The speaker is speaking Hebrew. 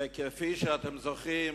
וכפי שאתם זוכרים,